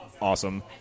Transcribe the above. awesome